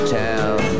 town